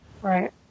Right